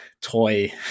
toy